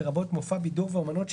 לרבות מופע בידור ואמנות,